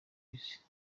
isi